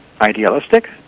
idealistic